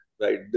right